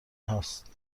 هاست